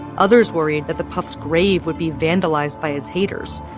others worried that the puf's grave would be vandalized by his haters,